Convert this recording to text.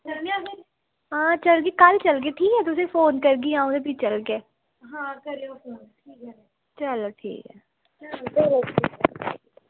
चलगी आं कल्ल चलगी तुसें ई फोन करगी अंऊ ते चलगे चलो ठीक ऐ